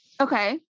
Okay